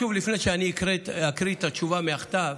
ולפני שאני אקריא את התשובה מהכתב,